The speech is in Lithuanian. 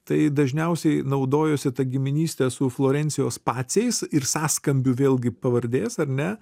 tai dažniausiai naudojosi ta giminyste su florencijos paciais ir sąskambiu vėlgi pavardės ar ne